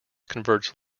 converts